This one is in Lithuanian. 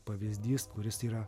pavyzdys kuris yra